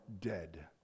dead